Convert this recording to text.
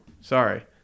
sorry